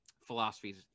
philosophies